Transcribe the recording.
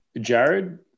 Jared